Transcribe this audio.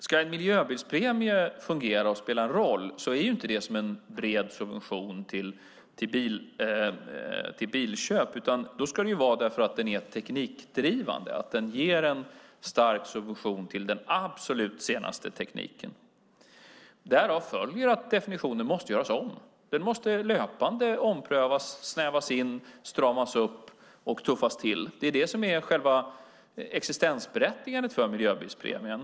Ska en miljöbilspremie fungera och spela en roll är det inte som en bred subvention till bilköp, utan den ska vara teknikdrivande och ge en stark subvention till den absolut senaste tekniken. Därav följer att definitionen måste göras om. Den måste löpande omprövas, snävas in, stramas upp och tuffas till. Det är det som är själva existensberättigandet för miljöbilspremien.